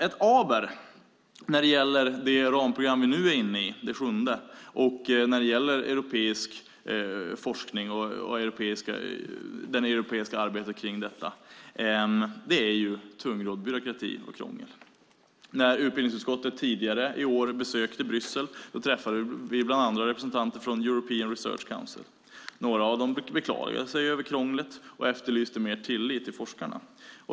Ett aber när det gäller det sjunde ramprogram vi nu är inne i och när det gäller europeisk forskning och arbetet kring detta är tungrodd byråkrati och krångel. När utbildningsutskottet tidigare i år besökte Bryssel träffade vi bland andra representanter för European Research Council. Några beklagade sig över krånglet och efterlyste mer tillit till forskarna.